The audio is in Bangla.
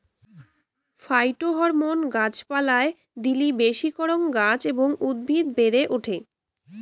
ফাইটোহরমোন গাছ পালায় দিলি বেশি করাং গাছ এবং উদ্ভিদ বেড়ে ওঠে